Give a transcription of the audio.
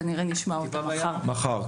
שנשמע אותה כנראה מחר,